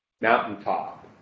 mountaintop